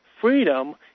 freedom